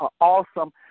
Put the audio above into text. awesome